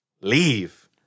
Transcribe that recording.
leave